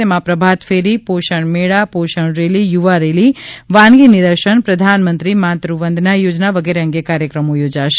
તેમાં પ્રભાત ફેરી પોષણ મેળા પોષણ રેલી યુવા રેલી વાનગી નિદર્શન પ્રધાનમંત્રી માત્રવંદના યોજના વગેરે અંગે કાર્યક્રમો યોજાશે